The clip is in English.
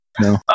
No